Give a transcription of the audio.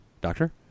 Doctor